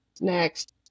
next